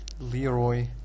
Leroy